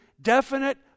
definite